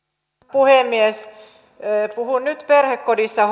puhemies puhun nyt perhekodissa